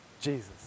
Jesus